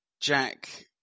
Jack